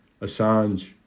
Assange